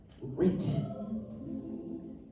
written